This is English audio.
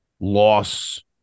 loss